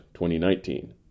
2019